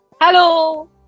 Hello